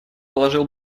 положил